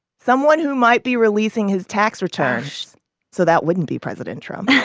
someone who might be releasing his tax returns so that wouldn't be president trump.